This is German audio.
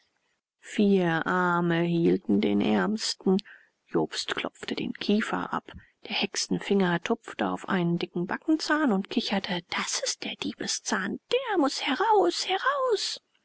vier arme hielten den ärmsten jobst klopfte den kiefer ab der hexenfinger tupfte auf einen dicken backenzahn und kicherte das ist der diebszahn der muß heraus heraus